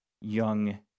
young